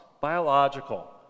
biological